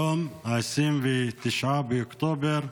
היום, 29 באוקטובר,